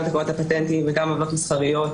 גם תקנות הפטנטים וגם עוולות מסחריות,